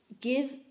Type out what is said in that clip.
Give